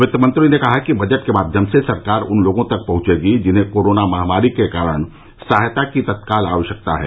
वित्त मंत्री ने कहा कि बजट के माध्यम से सरकार उन लोगों तक पहुंचेगी जिन्हें कोरोना महामारी के कारण सहायता की तत्काल आवश्यकता है